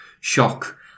shock